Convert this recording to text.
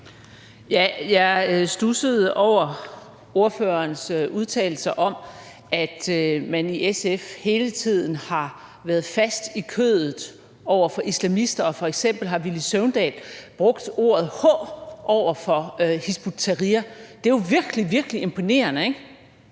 Jeg studsede over ordførerens udtalelse om, at man i SF hele tiden har været fast i kødet over for islamister, at f.eks. Villy Søvndal har brugt h-ordet over for Hizb ut-Tahrir. Det er jo virkelig, virkelig imponerende, ikke!